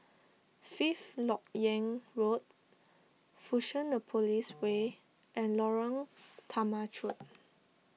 Fifth Lok Yang Road Fusionopolis Way and Lorong Temechut